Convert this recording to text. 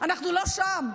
אנחנו לא שם.